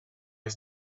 les